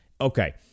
Okay